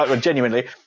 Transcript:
genuinely